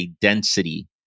density